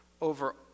over